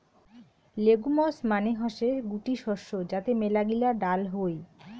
legumes মানে হসে গুটি শস্য যাতে মেলাগিলা ডাল হই